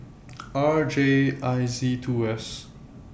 R J I Z two S